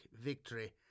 victory